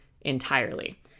entirely